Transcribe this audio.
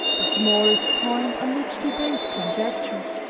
the smallest point on which to base conjecture.